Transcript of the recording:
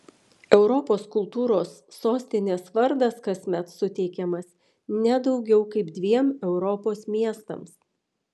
europos kultūros sostinės vardas kasmet suteikiamas ne daugiau kaip dviem europos miestams